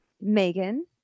Megan